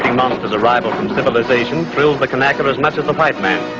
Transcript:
monsters' arrival from civilisation thrilled the kanaka as much as the white man,